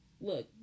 Look